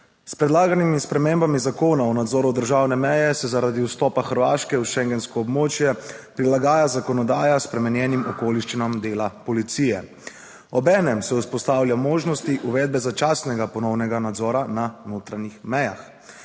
S predlaganimi spremembami Zakona o nadzoru državne meje se zaradi vstopa Hrvaške v schengensko območje prilagaja zakonodaja spremenjenim okoliščinam dela policije, obenem se vzpostavlja možnost uvedbe začasnega ponovnega nadzora na notranjih mejah.